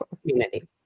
community